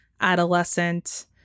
adolescent